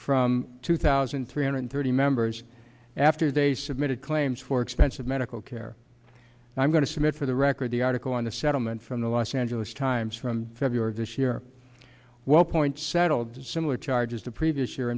from two thousand three hundred thirty members after they submitted claims for expensive medical care and i'm going to submit for the record the article in the settlement from the los angeles times from february this year one point settled similar charges the previous year